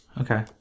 Okay